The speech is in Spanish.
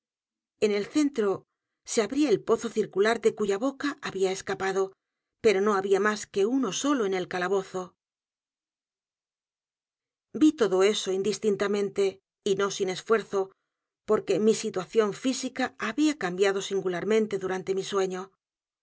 n el centro se abría el pozo circular de cuya boca había escapado pero no había más que uno solo en el calabozo vi todo eso indistintamente y no sin esfuerzo porque mi situación física había cambiado singularmente durante mi sueño